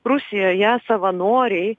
rusijoje savanoriai